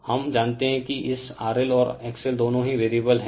हम जानते हैं कि इस RL और XL दोनों ही वेरिएबल हैं